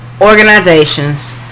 organizations